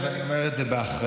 ואני אומר את זה באחריות,